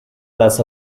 las